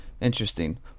Interesting